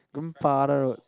grandfather road